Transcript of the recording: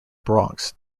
bronx